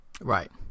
right